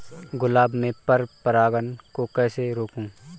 गुलाब में पर परागन को कैसे रोकुं?